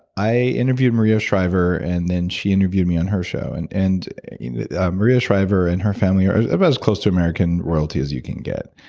i interviewed maria shriver, and then she interviewed me on her show. and and maria shriver and her family are about as close to american royalty as you can get,